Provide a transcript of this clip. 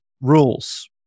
rules